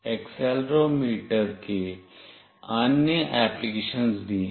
accelerometer के अन्य application भी हैं